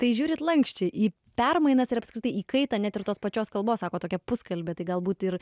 tai žiūrit lanksčiai į permainas ir apskritai į kaitą net ir tos pačios kalbos sakot tokia puskalbė tai galbūt ir